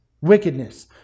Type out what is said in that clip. Wickedness